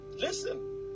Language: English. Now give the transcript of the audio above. Listen